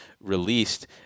released